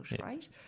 right